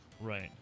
Right